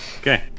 Okay